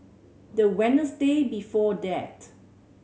the Wednesday before that